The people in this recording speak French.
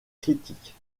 critiques